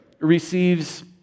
receives